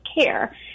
care